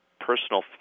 personal